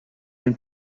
and